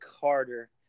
Carter